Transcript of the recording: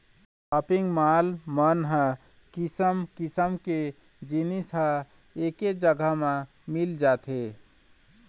shopping mall मन ह किसम किसम के जिनिस ह एके जघा म मिल जाथे